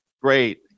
Great